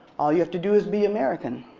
all you have to do is be american.